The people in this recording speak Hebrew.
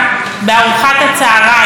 כי הכול נראה לו כל כך ורוד,